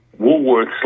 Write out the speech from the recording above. Woolworths